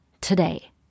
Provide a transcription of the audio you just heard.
today